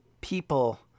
people